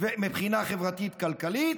ומבחינה חברתית כלכלית.